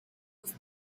with